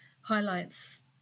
highlights